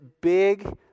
big